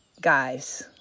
guys